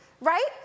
right